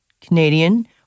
Canadian